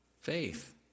faith